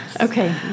Okay